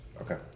Okay